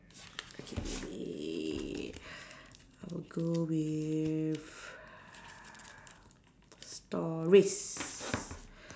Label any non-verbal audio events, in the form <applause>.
<noise> okay maybe <breath> I'll go with <breath> stories <noise>